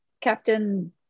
Captain